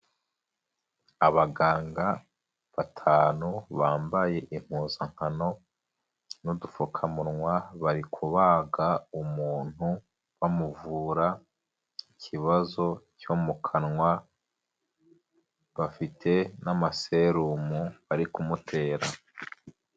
Abaganga batanu bambaye impuzankano n'udupfukamunwa, bari kubaga umuntu bamuvura ikibazo cyo mu kanwa, bafite n'amaserumu bari kumutera.